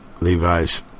Levi's